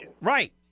Right